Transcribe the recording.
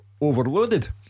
overloaded